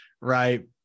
right